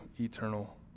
eternal